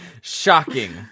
shocking